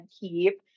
keep